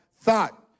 thought